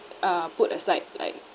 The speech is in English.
uh put aside like